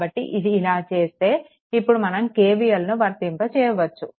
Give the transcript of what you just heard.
కాబట్టి ఇది ఇలా చేస్తే ఇప్పుడు మనం KVLను వర్తింప చేయవచ్చు